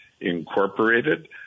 Incorporated